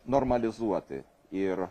normalizuoti ir